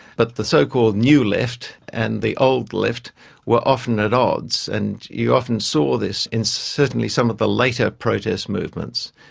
but the so-called new left and the old left were often at odds. and you often saw this in certainly some of the later protest movements.